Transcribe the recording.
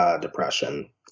Depression